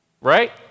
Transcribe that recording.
right